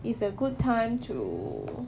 it's a good time to